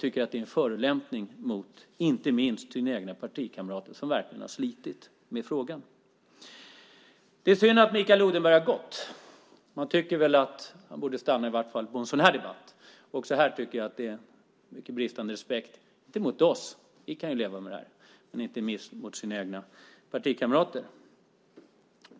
Det är en förolämpning inte minst mot de egna partikamraterna som verkligen har slitit med frågan. Det är synd att Mikael Odenberg har gått. Man tycker att han i varje fall borde stanna på en sådan här debatt. Också här brister han i respekt - inte mot oss, vi kan leva med detta, men mot sina egna partikamrater.